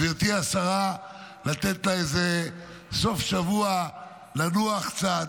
גברתי השרה, לתת לה איזה סוף שבוע לנוח קצת,